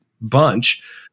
bunch